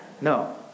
No